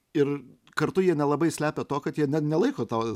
ir kartu jie nelabai slepia to kad jie ne nelaiko tau